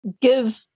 give